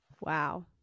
Wow